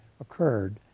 occurred